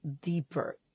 deeper